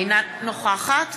אינה נוכחת